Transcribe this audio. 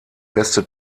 beste